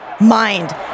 mind